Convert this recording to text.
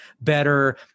better